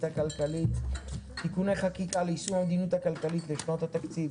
הכלכלית (תיקוני חקיקה ליישום המדיניות הכלכלית לשנות התקציב